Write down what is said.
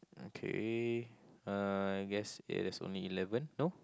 okay uh I guess it has only eleven no